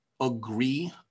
Agree